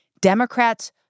Democrats